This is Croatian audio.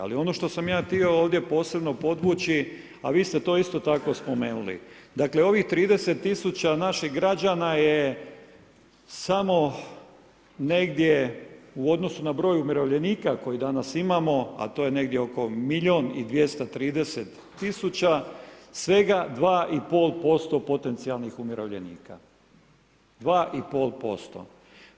Ali ono što sam ja htio ovdje posebno podvući a vi ste to isto tako spomenuli, dakle ovih 30 tisuća naših građana je samo negdje u odnosu na broj umirovljenika koji danas imamo a to je negdje oko milijun i 230 tisuća, svega 2,5% potencijalnih umirovljenika, 2,5%